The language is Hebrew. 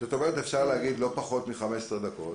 זאת אומרת שאפשר להגיד לא פחות מ-15 דקות.